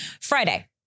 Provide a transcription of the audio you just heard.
Friday